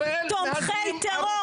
מחברי הכנסת שהם תומכי טרור.